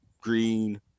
green